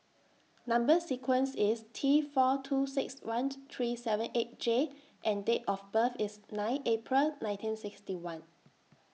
Number sequence IS T four two six one three seven eight J and Date of birth IS nine April nineteen sixty one